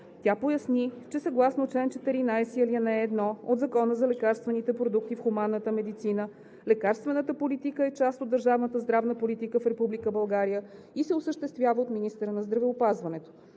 Тя поясни, че съгласно чл. 14, ал. 1 от Закона за лекарствените продукти в хуманната медицина лекарствената политика е част от държавната здравна политика в Република България и се осъществява от министъра на здравеопазването.